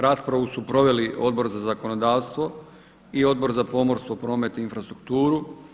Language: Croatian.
Raspravu su proveli Odbor za zakonodavstvo i Odbor za pomorstvo promet i infrastrukturu.